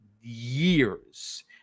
years